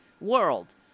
world